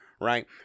Right